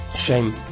shame